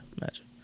Magic